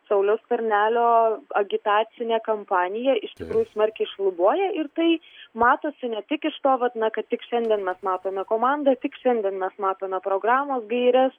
sauliaus skvernelio agitacinė kampanija iš tikrųjų smarkiai šlubuoja ir tai matosi ne tik iš to vat na kad tik šiandien mes matome komandą tik šiandien mes matome programos gaires